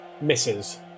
Misses